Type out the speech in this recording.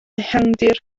ehangdir